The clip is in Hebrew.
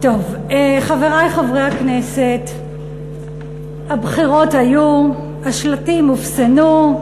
חברי חברי הכנסת, הבחירות היו, השלטים אופסנו,